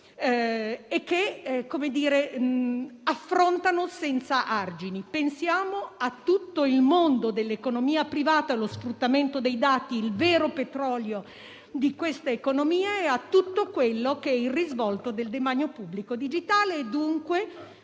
ma lo fanno senza argini. Pensiamo a tutto il mondo dell'economia privata, allo sfruttamento dei dati, il vero petrolio di questa economia, e ai risvolti del demanio pubblico digitale e, dunque,